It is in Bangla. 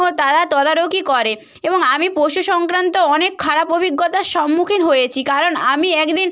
ও তারা তদারকি করে এবং আমি পশু সংক্রান্ত অনেক খারাপ অভিজ্ঞতার সম্মুখীন হয়েছি কারণ আমি এক দিন